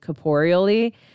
corporeally